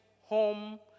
home